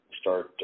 start